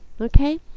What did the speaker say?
okay